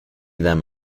them